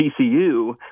TCU